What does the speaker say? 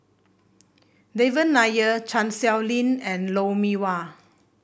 Devan Nair Chan Sow Lin and Lou Mee Wah